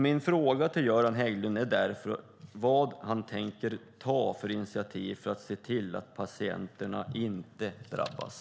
Min fråga till Göran Hägglund är därför: Vilka initiativ tänker han ta för att se till att patienterna inte drabbas?